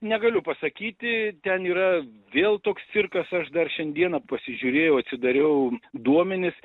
negaliu pasakyti ten yra vėl toks cirkas aš dar šiandieną pasižiūrėjau atsidariau duomenis